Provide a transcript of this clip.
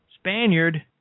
Spaniard